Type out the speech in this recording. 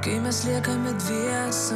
kai mes liekame dviese